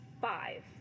five